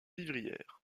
vivrières